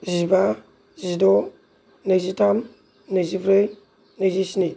जिबा जिद' नैजिथाम नैजिब्रै नैजिस्नि